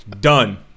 done